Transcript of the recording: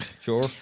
sure